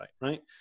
right